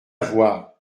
voir